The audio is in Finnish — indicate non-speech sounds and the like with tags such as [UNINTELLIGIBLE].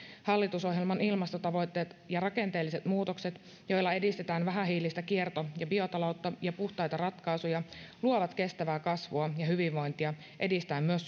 hallitusohjelman ilmastotavoitteet ja rakenteelliset muutokset joilla edistetään vähähiilistä kierto ja biotaloutta ja puhtaita ratkaisuja luovat kestävää kasvua ja hyvinvointia edistäen myös [UNINTELLIGIBLE]